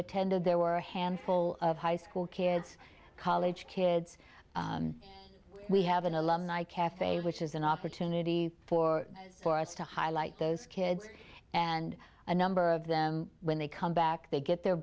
attended there were a handful of high school kids college kids we have an alumni cafe which is an opportunity for us to highlight those kids and a number of them when they come back they get their